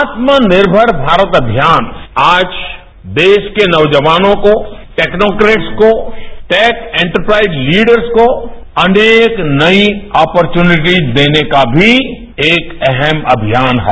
आत्मनिर्भर भारत अमियान आज देश के नौजवानों को टेक्नोक्रेट्स को टेक एंटरप्राइज लीडर को अनेक नई अपोर्वनिटी देने का भी एक अहम अभियान है